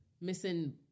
missing